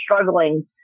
struggling